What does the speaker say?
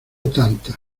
tantas